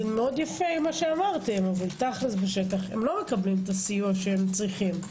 מאוד יפה מה שאמרתם אבל בתכל'ס הם לא מקבלים מה שהם צריכים.